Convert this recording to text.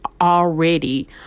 already